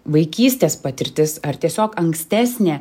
vaikystės patirtis ar tiesiog ankstesnė